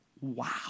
Wow